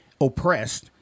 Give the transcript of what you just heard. oppressed